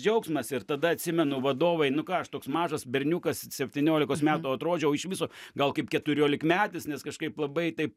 džiaugsmas ir tada atsimenu vadovai nu ką aš toks mažas berniukas septyniolikos metų atrodžiau iš viso gal kaip keturiolikmetis nes kažkaip labai taip